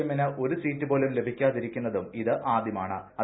എമ്മിന് ഒരു സീറ്റ് പോലും ലഭിക്കാതിരുന്നതും ഇതാദ്യം